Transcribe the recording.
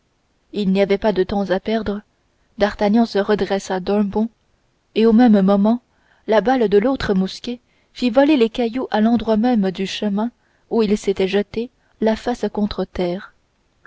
il n'y avait pas de temps à perdre d'artagnan se redressa d'un bond et au même moment la balle de l'autre mousquet fit voler les cailloux à l'endroit même du chemin où il s'était jeté la face contre terre